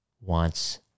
wants